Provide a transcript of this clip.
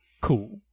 Cool